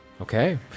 Okay